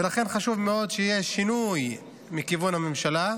ולכן חשוב מאוד שיהיה שינוי מכיוון הממשלה,